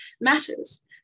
matters